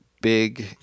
big